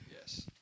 yes